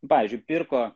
pavyzdžiui pirko